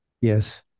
yes